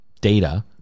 data